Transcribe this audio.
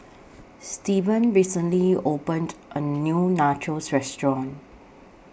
Steven recently opened A New Nachos Restaurant